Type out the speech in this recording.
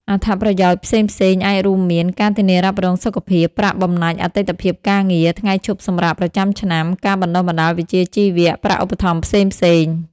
អត្ថប្រយោជន៍ផ្សេងៗអាចរួមមាន ការធានារ៉ាប់រងសុខភាព ប្រាក់បំណាច់អតីតភាពការងារ ថ្ងៃឈប់សម្រាកប្រចាំឆ្នាំ ការបណ្ដុះបណ្ដាលវិជ្ជាជីវៈ ប្រាក់ឧបត្ថម្ភផ្សេងៗ។